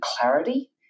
clarity